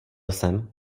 jsem